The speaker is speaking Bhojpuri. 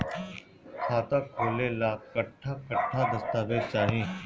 खाता खोले ला कट्ठा कट्ठा दस्तावेज चाहीं?